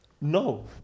No